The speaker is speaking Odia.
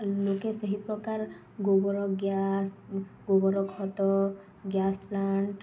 ଲୋକେ ସେହି ପ୍ରକାର ଗୋବର ଗ୍ୟାସ୍ ଗୋବର ଖତ ଗ୍ୟାସ୍ ପ୍ଲାଣ୍ଟ